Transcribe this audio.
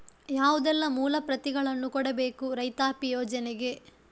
ಯಾವುದೆಲ್ಲ ಮೂಲ ಪ್ರತಿಗಳನ್ನು ಕೊಡಬೇಕು ರೈತಾಪಿ ಯೋಜನೆಗೆ?